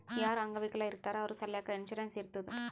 ಯಾರು ಅಂಗವಿಕಲ ಇರ್ತಾರ್ ಅವ್ರ ಸಲ್ಯಾಕ್ ಇನ್ಸೂರೆನ್ಸ್ ಇರ್ತುದ್